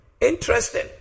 Interesting